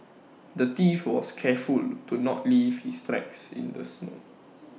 the thief was careful to not leave his tracks in the snow